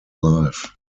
life